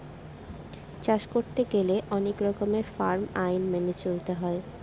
চাষ করতে গেলে অনেক রকমের ফার্ম আইন মেনে চলতে হয়